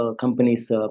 companies